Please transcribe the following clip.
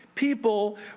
People